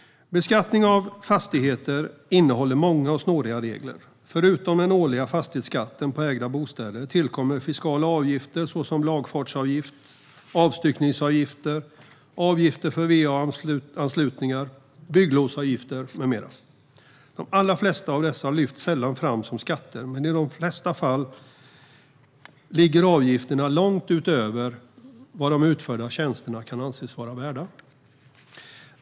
Beskattningen av fastigheter innehåller många och snåriga regler. Förutom den årliga fastighetsskatten på ägda bostäder tillkommer fiskala avgifter såsom lagfartsavgift, avstyckningsavgifter, avgifter för va-anslutningar, bygglovsavgifter med mera. De allra flesta av dessa lyfts sällan fram som skatter, men i de flesta fall ligger avgifterna långt över vad de utförda tjänsterna kan anses vara värda.